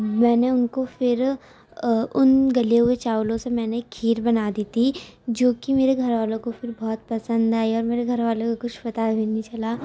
میں نے اُن کو پھر اُن گلے ہوئے چاولوں سے میں نے کھیر بنا دی تھی جو کہ میرے گھر والوں کو پھر بہت پسند آئی اور میرے گھر والوں کو کچھ پتا بھی نہیں چلا